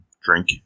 drink